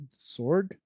Sorg